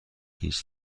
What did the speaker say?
هیچ